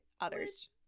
others